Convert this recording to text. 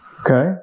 Okay